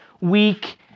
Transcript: weak